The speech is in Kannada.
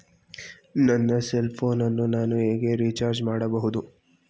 ನನ್ನ ಸೆಲ್ ಫೋನ್ ಅನ್ನು ನಾನು ಹೇಗೆ ರಿಚಾರ್ಜ್ ಮಾಡಬಹುದು?